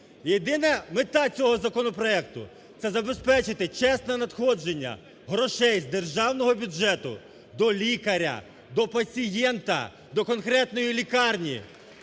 Єдина мета цього законопроекту – це забезпечити чесне надходження грошей з державного бюджету до лікаря, до пацієнта, до конкретної лікарні!